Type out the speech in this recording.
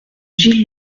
gilles